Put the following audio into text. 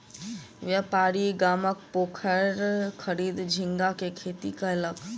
व्यापारी गामक पोखैर खरीद झींगा के खेती कयलक